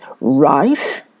rice